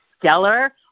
stellar